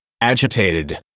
agitated